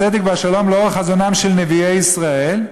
הצדק והשלום לאור חזונם של נביאי ישראל,